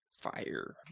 Fire